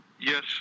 yes